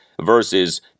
Versus